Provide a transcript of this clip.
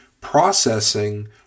processing